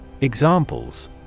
Examples